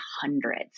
hundreds